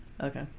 Okay